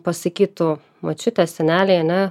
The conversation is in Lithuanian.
pasakytų močiutės seneliai a ne